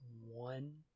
one